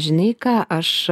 žinai ką aš